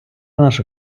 наша